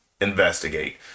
investigate